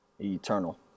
eternal